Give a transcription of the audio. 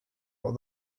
what